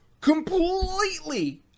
completely